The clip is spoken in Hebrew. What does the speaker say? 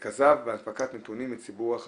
מידע כוזב ותקיפות סייבר לשם השפעה על מערכת